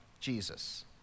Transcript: Jesus